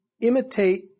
imitate